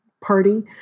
party